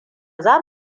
za